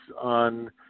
on